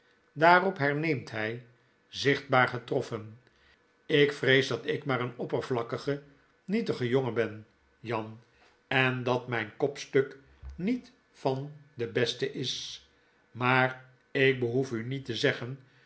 daarop nerneemt hij zichtbaar getroffen ik vrees dat ik maar een oppervlakkige nietige jongen ben jan en dat mp kopstuk niet van de beste is maar ik behoef u niet te zeggen